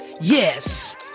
yes